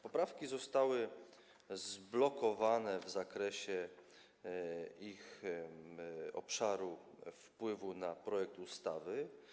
Poprawki zostały zblokowane w zakresie ich obszaru wpływu na projekt ustawy.